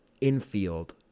infield